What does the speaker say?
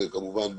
כמובן,